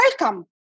welcome